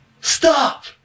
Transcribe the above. Stop